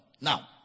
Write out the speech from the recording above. Now